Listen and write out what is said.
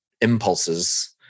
impulses